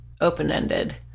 open-ended